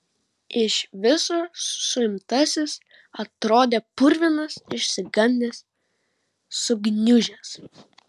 iš viso suimtasis atrodė purvinas išsigandęs sugniužęs